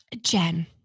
Jen